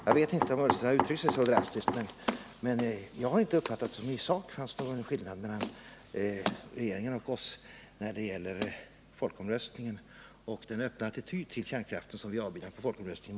Jag vet inte om herr Ullsten har uttryckt sig så drastiskt, men jag har inte uppfattat att det i sak finns någon skillnad mellan regeringen och oss när det gäller folkomröstningen och den öppna attityd till kärnkraften som vi vill skall finnas vid en folkomröstning.